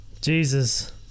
Jesus